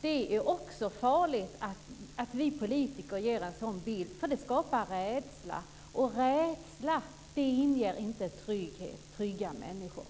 Det är också farligt att vi politiker ger en sådan bild. Det skapar rädsla och rädsla ger inte trygga människor.